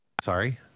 Sorry